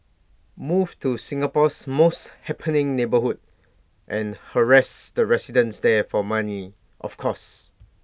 move to Singapore's most happening neighbourhood and harass the residents there for money of course